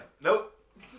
Nope